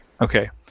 Okay